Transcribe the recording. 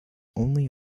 only